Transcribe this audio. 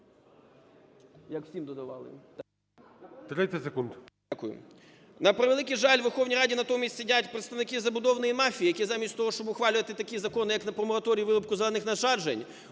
На превеликий жаль, у Верховній Раді натомість сидять представники забудовної мафії, які замість того, щоб ухвалювати такі закони, як про мораторій на вирубку зелених насаджень,